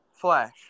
Flash